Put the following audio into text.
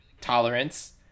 tolerance